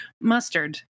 Mustard